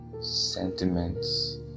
sentiments